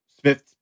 Smith